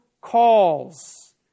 calls